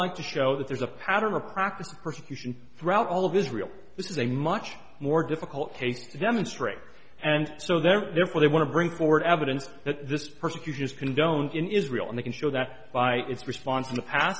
like to show that there's a pattern or practice of persecution throughout all of israel this is a much more difficult take demonstrate and so therefore they want to bring forward evidence that this persecution is condoned in israel and they can show that by its response in the past